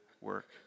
work